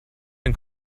den